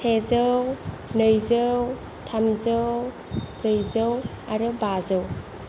सेजौ नैजौ थामजौ ब्रैजौ आरो बाजौ